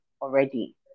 already